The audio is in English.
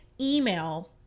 email